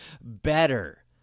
Better